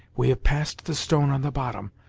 we have passed the stone on the bottom,